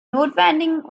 notwendigen